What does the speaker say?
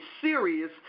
serious